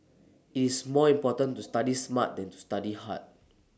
IT is more important to study smart than to study hard